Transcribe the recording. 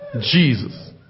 Jesus